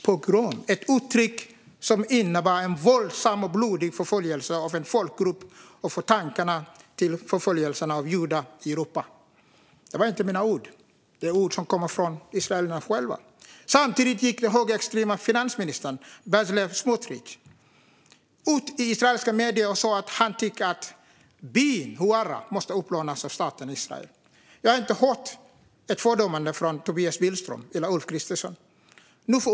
Pogrom är ett uttryck som innebär en våldsam och blodig förföljelse av en folkgrupp och som för tankarna till förföljelsen av judar i Europa. Detta är inte mina ord. Det är ord som kommer från israelerna själva. Samtidigt gick den högerextrema finansministern Bezalel Smotrich ut i israeliska medier och sa att han tycker att byn Huwara måste utplånas av staten Israel. Jag har inte hört ett fördömande från Tobias Billström eller Ulf Kristersson.